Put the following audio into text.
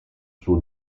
suo